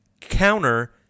counter